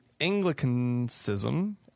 Anglicanism